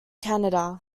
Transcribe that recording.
canada